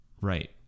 Right